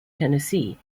tennessee